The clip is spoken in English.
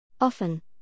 Often